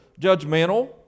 judgmental